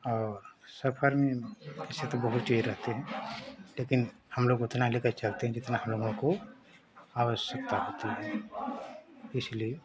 और सफ़र में वैसे तो बहुत चीज रहती है लेकिन हमलोग उतना लेकर चलते हैं जितना हमलोगों को आवश्यकता होती है इसलिए